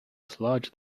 dislodge